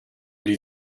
lui